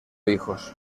hijos